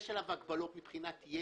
יש עליו הגבלות מבחינת ידע,